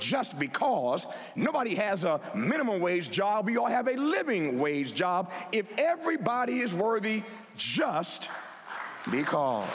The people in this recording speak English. just because nobody has a minimum wage job we all have a living wage job if everybody is worthy just beca